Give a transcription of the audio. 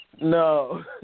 No